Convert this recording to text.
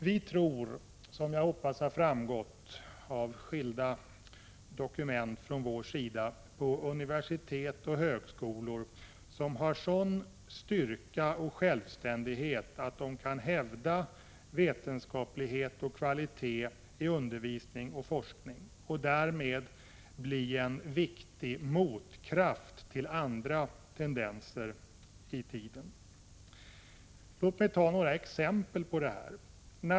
Vi tror — och jag hoppas att det har framgått av skilda dokument från vår sida — på universitet och högskolor som har en sådan styrka och självständighet att de kan hävda vetenskaplighet och kvalitet i undervisning och forskning och som därmed blir viktiga motkrafter till andra tendenser i tiden. Jag skall nämna några exempel.